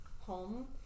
home